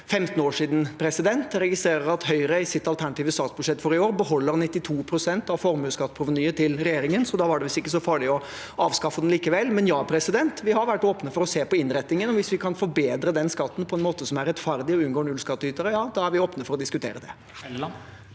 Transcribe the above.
15 år siden. Jeg registrerer at Høyre i sitt alternative statsbudsjett for i år beholder 92 pst. av formuesskatteprovenyet til regjeringen. Så da var det visst ikke så farlig å avskaffe den likevel. Vi har vært åpne for å se på innretningen, og hvis vi kan forbedre den skatten på en måte som er rettferdig og unngår nullskattytere, er vi åpne for å diskutere det.